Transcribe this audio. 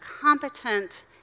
competent